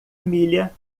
milha